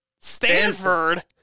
Stanford